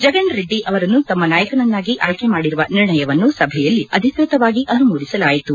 ಜಗನ್ರೆಡ್ಡಿ ಅವರನ್ನು ತಮ್ನ ನಾಯಕನನ್ನಾಗಿ ಆಯ್ಕೆ ಮಾಡಿರುವ ನಿರ್ಣಯವನ್ನು ಸಭೆಯಲ್ಲಿ ಅಧಿಕೃತವಾಗಿ ಅನುಮೋದಿಸಲಾಯಿತು